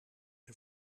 een